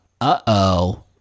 Uh-oh